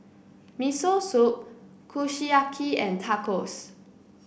Miso Soup Kushiyaki and Tacos